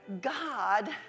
God